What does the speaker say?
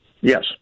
Yes